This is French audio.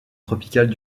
tropicales